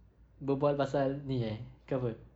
berbual pasal ini eh ke apa